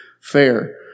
fair